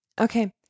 Okay